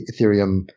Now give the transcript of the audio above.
Ethereum